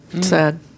Sad